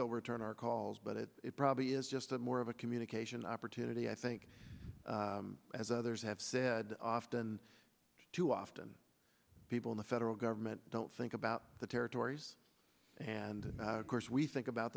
they'll return our calls but it probably is just more of a communication opportunity i think as others have said often too often people in the federal government don't think about the territories and of course we think about